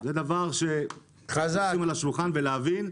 זה דבר זה צריך לשים על השולחן ולהבין,